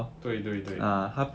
对对对